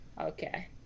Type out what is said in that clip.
Okay